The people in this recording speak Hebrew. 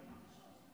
בבקשה.